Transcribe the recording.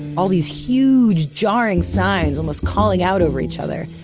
all these huge jarring signs almost calling out over each other.